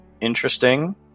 interesting